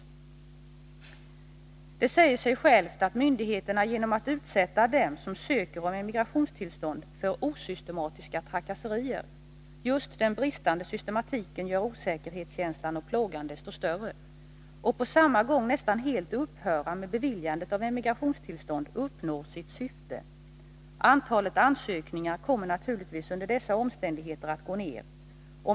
Det säger sig självt att myndigheterna genom att utsätta dem som ansöker som emigrationstillstånd för osystematiska trakasserier — just den bristande systematiken gör osäkerhetskänslan och plågan desto större — och på samma gång nästan helt upphöra med beviljandet av emigrationstillstånd uppnår sitt syfte: antalet ansökningar kommer naturligtvis under dessa omständigheter att gå ner.